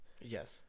Yes